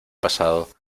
pasado